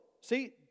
See